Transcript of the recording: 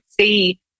see